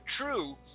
true